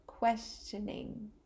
Questioning